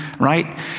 right